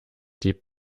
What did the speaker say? die